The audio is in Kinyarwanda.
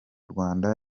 rwanda